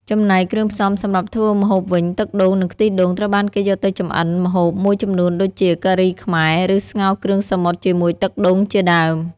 ចំណែកគ្រឿងផ្សំសម្រាប់ធ្វើម្ហូបវិញ ទឹកដូង និងខ្ទិះដូងត្រូវបានគេយកទៅចម្អិនម្ហូបមួយចំនួនដូចជា ការីខ្មែរ ឬ ស្ងោរគ្រឿងសមុទ្រជាមួយទឹកដូង ជាដើម។